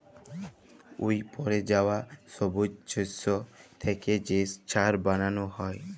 উইপড়ে যাউয়া ছবুজ শস্য থ্যাইকে যে ছার বালাল হ্যয়